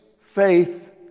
faith